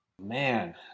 Man